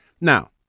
Now